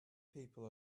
people